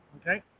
okay